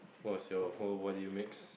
was you wha~ what did you mix